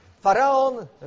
Pharaoh